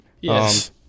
Yes